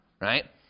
right